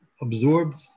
absorbed